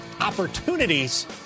opportunities